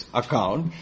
account